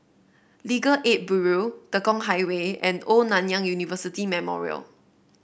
Legal Aid Bureau Tekong Highway and Old Nanyang University Memorial